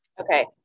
Okay